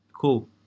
Cool